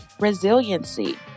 resiliency